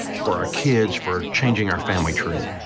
for our kids, for changing our family tree.